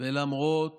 ולמרות